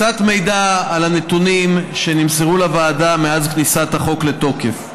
קצת מידע על הנתונים שנמסרו לוועדה מאז כניסת החוק לתוקף: